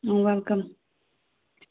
welcome